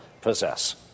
possess